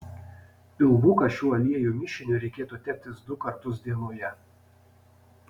pilvuką šiuo aliejų mišiniu reikėtų teptis du kartus dienoje